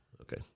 Okay